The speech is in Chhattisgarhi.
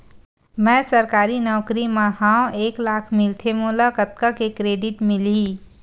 मैं सरकारी नौकरी मा हाव एक लाख मिलथे मोला कतका के क्रेडिट मिलही?